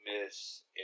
Miss